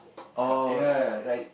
orh like